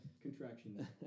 Contraction